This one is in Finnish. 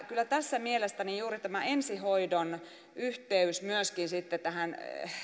kyllä tässä mielestäni juuri tämä ensihoidon yhteys myöskin sitten tähän